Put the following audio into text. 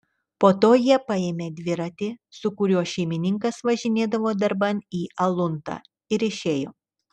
po to jie paėmė dviratį su kuriuo šeimininkas važinėdavo darban į aluntą ir išėjo